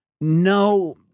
no